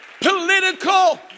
political